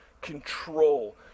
control